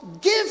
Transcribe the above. give